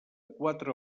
quatre